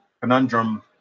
conundrum